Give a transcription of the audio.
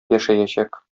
яшәячәк